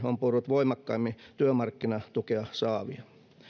on purrut voimakkaimmin työmarkkinatukea saavia